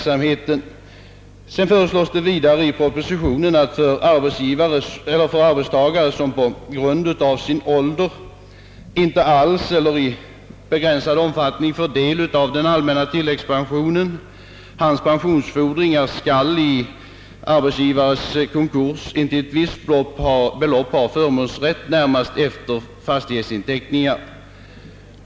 I propositionen föreslås vidare att pensionsfordringar av arbetstagare som på grund av sin ålder inte alls eller i begränsad omfattning får del av den allmänna tilläggspensionen i arbetsgivares konkurs intill visst belopp skall ha förmånsrätt närmast efter fastighetsinteckningar.